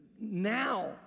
now